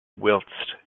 whilst